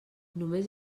només